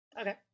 Okay